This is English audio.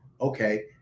okay